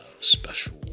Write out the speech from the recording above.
special